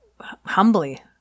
humbly